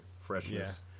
Freshness